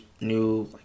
new